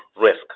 risk